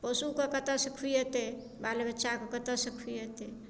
पशुकेँ कतयसँ खुएतै बाल बच्चाकेँ कतयसँ खुएतै